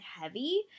heavy